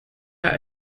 are